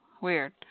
weird